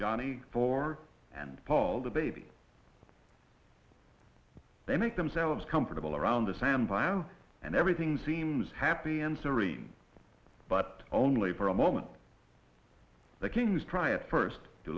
johnny four and paul the baby they make themselves comfortable around this am bio and everything seems happy and serene but only for a moment that kings try it first to